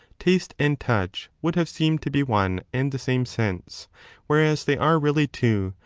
taste and touch would have seemed to be one and the same sense whereas they are really two,